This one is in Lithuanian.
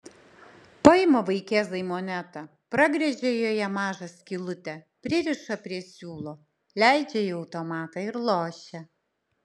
paima vaikėzai monetą pragręžia joje mažą skylutę pririša prie siūlo leidžia į automatą ir lošia